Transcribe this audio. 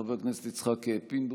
חבר הכנסת יצחק פינדרוס,